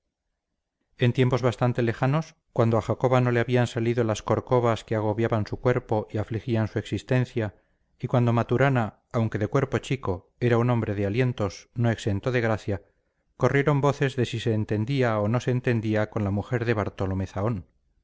en tiempos bastante lejanos cuando a jacoba no le habían salido las corcovas que agobiaban su cuerpo y afligían su existencia y cuando maturana aunque de cuerpo chico era un hombre de alientos no exento de gracia corrieron voces de si se entendía o no se entendía con la mujer de bartolomé zahón